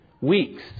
weeks